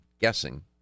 guessing